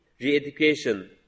re-education